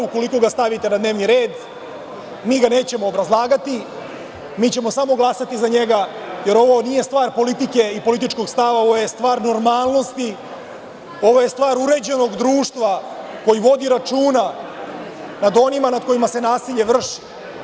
Ukoliko ga stavite na dnevni red, mi ga nećemo obrazlagati, mi ćemo samo glasati za njega, jer ovo nije stvar politike i političkog stava, ovo je stvar normalnosti, ovo je stvar uređenog društva koje vodi računa o onima nad kojima se nasilje vrši.